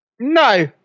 No